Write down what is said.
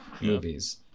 movies